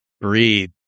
Breathe